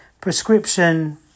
prescription